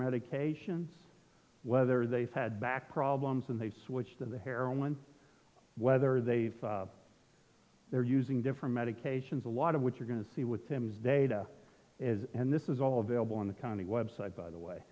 medications whether they've had back problems and they've switched to the heroin whether they've they're using different medications a lot of which are going to see what sam's data is and this is all available on the county web site by the way